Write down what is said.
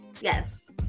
Yes